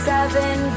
Seven